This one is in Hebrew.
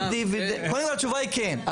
קודם כל התשובה היא כן.